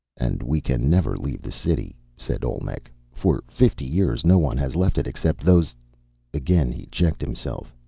and we can never leave the city, said olmec. for fifty years no one has left it except those again he checked himself.